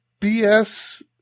BS